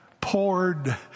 poured